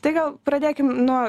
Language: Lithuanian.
tai gal pradėkim nuo